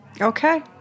Okay